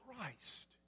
Christ